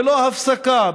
ללא הפסקה,